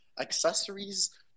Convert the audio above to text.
accessories